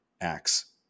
acts